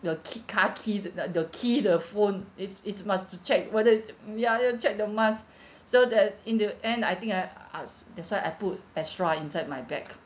your key car key if not your key the phone is is must to check whether is uh mm ya ya check the mask so that in the end I think I us that's why I put extra inside my bag